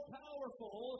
powerful